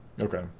okay